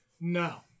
no